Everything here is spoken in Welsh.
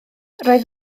roedd